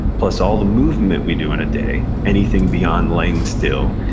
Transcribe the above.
plus all the movement we do in a day, anything beyond laying still,